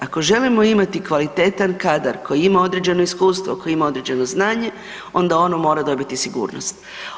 Ako želimo imati kvalitetan kada koji ima određeno iskustvo, koji ima određeno znanje, onda ono mora dobiti sigurnost.